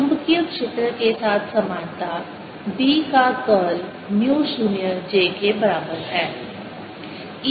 चुंबकीय क्षेत्र के साथ समानता B का कर्ल म्यू 0 J के बराबर है